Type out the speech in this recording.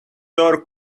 door